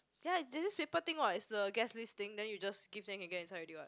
ya there's this paper thing what it's the guest list thing then you just give them can get inside already what